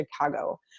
Chicago